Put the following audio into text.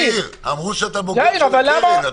יאיר, אמרו שאתה בוגר הקרן.